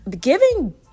Giving